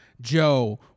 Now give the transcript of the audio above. Joe